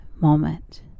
moment